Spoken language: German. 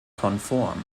konform